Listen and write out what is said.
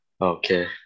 Okay